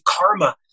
karma